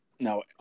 No